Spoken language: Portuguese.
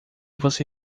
você